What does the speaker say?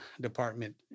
department